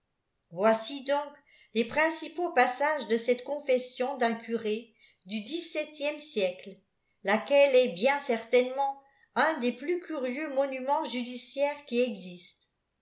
vdci donc les prifrçrpatrx passages de cette confession dijrn ôuté au dix sepwèttiss siècle laquelle est l î n certainement iin des pdus cuiioui ifito numents judiciaires qui existent